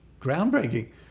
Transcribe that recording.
groundbreaking